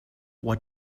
what